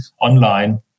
online